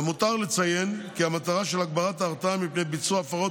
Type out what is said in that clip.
למותר לציין כי המטרה של הגברת ההרתעה מפני ביצוע הפרות